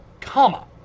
comma